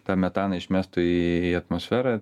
tą metaną išmestų į atmosferą